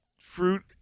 fruit